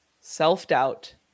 self-doubt